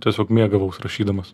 tiesiog mėgavaus rašydamas